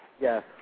Yes